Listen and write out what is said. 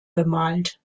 bemalt